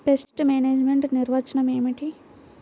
Pest management నిర్వచనం ఏమిటి?